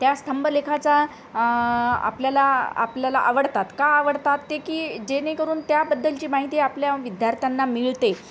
त्या स्तंभलेखाचा आपल्याला आपल्याला आवडतात का आवडतात ते की जेणेकरून त्याबद्दलची माहिती आपल्या विद्यार्थ्यांना मिळते